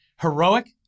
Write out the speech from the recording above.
Heroic